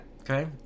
Okay